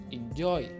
enjoy